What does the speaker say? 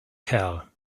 kerl